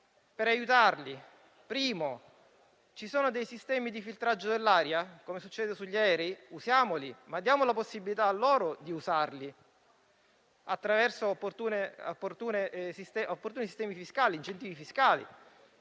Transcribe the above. per aiutarlo. Ad esempio, ci sono dei sistemi di filtraggio dell'aria come sugli aerei? Usiamoli, diamo la possibilità ai ristoratori di usarli attraverso opportuni incentivi fiscali.